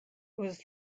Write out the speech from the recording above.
was